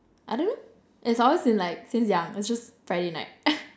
I don't know it's always been like since young it's just Friday night